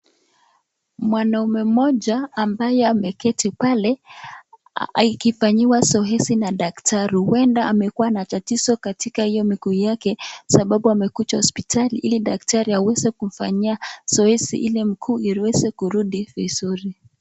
Mwanaume mmoja ambaye ameketi pale akifanyiwa zoezi na daktari huenda amekuwa na tatizo katika hiyo mguu wake sababu amekuja hospitali ili daktari aweze kumfanyia zoezi ili mguu iweze kurudi vizuri.